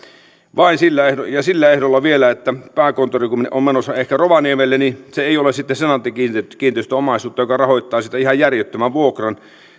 ja sillä ehdolla vielä että pääkonttori kun on menossa ehkä rovaniemelle niin se ei ole sitten senaatti kiinteistöjen omaisuutta joka rahoittaa siitä ihan järjettömän vuokran